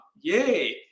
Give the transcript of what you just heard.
Yay